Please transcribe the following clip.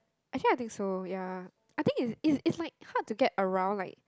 actually I think so ya I think is is is like hard to get around like